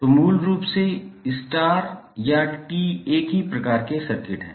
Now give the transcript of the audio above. तो मूल रूप से स्टार या T एक ही प्रकार के सर्किट हैं